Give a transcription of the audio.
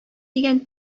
дигән